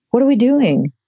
what are we doing?